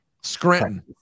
Scranton